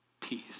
Peace